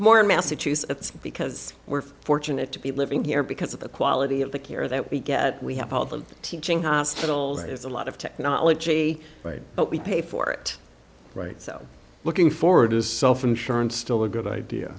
more massachusetts because we're fortunate to be living here because of the quality of the care that we get we have all the teaching hospitals there's a lot of technology right but we pay for it right so looking forward is self insurance still a good idea